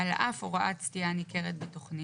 על אף הוראת סטייה ניכרת בתכנית,